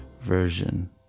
version